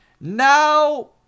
now